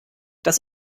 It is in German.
das